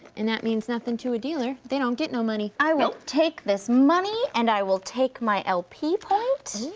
and that means nothing to a dealer, they don't get no money. nope. i will take this money and i will take my lp point.